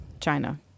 china